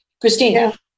Christina